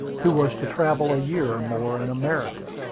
who was to travel a year or more in america.